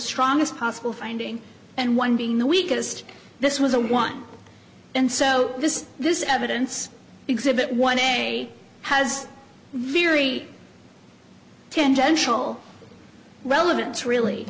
strongest possible finding and one being the weakest this was a one and so this is this evidence exhibit one day has very tangential relevance really